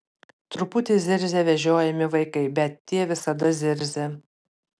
truputį zirzia vežiojami vaikai bet tie visada zirzia